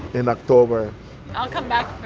in october i'll come back